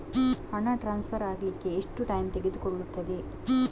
ಹಣ ಟ್ರಾನ್ಸ್ಫರ್ ಅಗ್ಲಿಕ್ಕೆ ಎಷ್ಟು ಟೈಮ್ ತೆಗೆದುಕೊಳ್ಳುತ್ತದೆ?